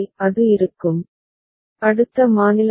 அது இருக்கும் அடுத்த மாநிலம் ஆ